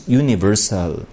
universal